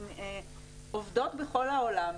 שעובדות בכל העולם,